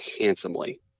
handsomely